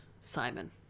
Simon